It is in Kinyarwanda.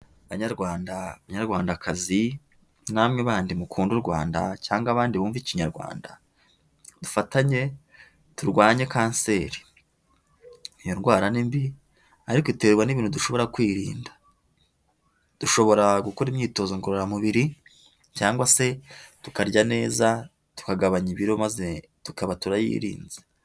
Banyarwanda banyarwandakazi, namwe bandi mukunda u Rwanda cyangwa abandi bumva ikinyarwanda, dufatanye turwanye kanseri, iyo ndwara ni mbi, ariko iterwa n'ibintu dushobora kwirinda, dushobora gukora imyitozo ngororamubiri, cyangwase tukarya neza, tukagabanya ibiro maze tukaba turayirinze.